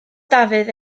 dafydd